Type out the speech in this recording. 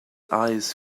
eyes